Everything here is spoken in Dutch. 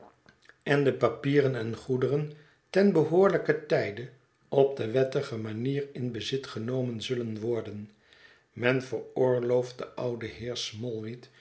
en de papieren en goederen ten behoorlijken tijde op de wettige manier in bezit genomen zullen worden men veroorlooft den ouden heer